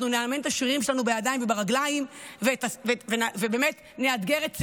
אנחנו נאמן את השרירים שלנו בידיים וברגליים ונאתגר את שכלנו,